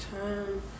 time